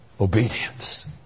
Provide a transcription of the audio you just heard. obedience